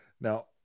Now